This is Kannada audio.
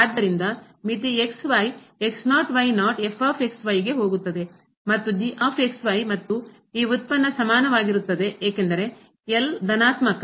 ಆದ್ದರಿಂದ ಮಿತಿ ಗೆ ಹೋಗುತ್ತದೆ ಮತ್ತು ಮತ್ತು ಈ ಉತ್ಪನ್ನ ಸಮಾನವಾಗಿರುತ್ತದೆ ಏಕೆಂದರೆ ಧನಾತ್ಮಕ